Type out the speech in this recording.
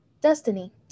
Destiny